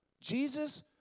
Jesus